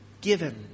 given